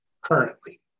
currently